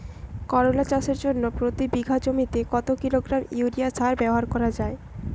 করলা চাষের জন্য প্রতি বিঘা জমিতে কত কিলোগ্রাম ইউরিয়া সার ব্যবহার করা হয়?